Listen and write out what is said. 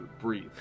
breathe